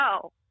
No